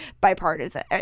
bipartisan